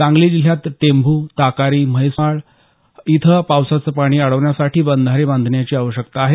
सांगली जिल्ह्यात टेंभू ताकारी म्हैसाळ इथं पावसाचं पाणी अडवण्यासाठी बंधारे बांधण्याची आवश्यकता आहे